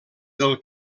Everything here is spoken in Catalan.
del